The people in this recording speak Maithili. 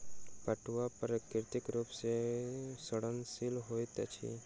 पटुआ प्राकृतिक रूप सॅ सड़नशील होइत अछि